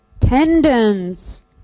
Tendons